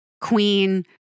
Queen